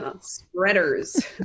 Spreaders